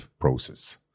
process